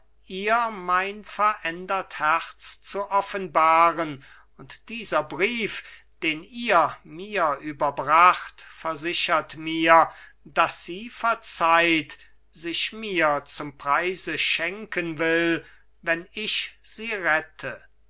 ihr mein verändert herz zu offenbaren und dieser brief den ihr mir überbracht versichert mir daß sie verzeiht sich mir zum preise schenken will wenn ich sie rette